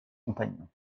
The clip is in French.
compagnons